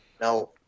No